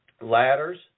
ladders